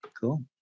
Cool